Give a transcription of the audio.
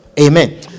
amen